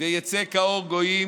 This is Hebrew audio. ויצא כאור גויים